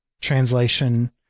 translation